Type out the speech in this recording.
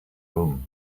room